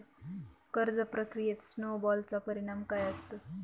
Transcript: कर्ज प्रक्रियेत स्नो बॉलचा परिणाम काय असतो?